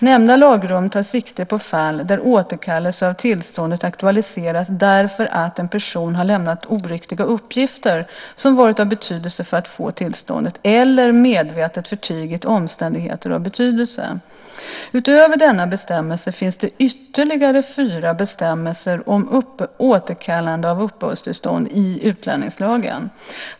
Nämnda lagrum tar sikte på fall där återkallelse av tillståndet aktualiseras därför att en person har lämnat oriktiga uppgifter som varit av betydelse för att få tillståndet, eller medvetet förtigit omständigheter av betydelse. Utöver denna bestämmelse finns det ytterligare fyra bestämmelser om återkallande av uppehållstillstånd i utlänningslagen.